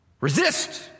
resist